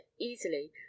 easily